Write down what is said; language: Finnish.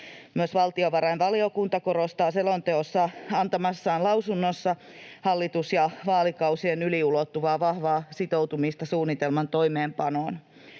Myös valtiovarainvaliokunta korostaa selonteosta antamassaan lausunnossa hallitus- ja vaalikausien yli ulottuvaa vahvaa sitoutumista suunnitelman toimeenpanoon.